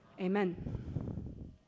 Amen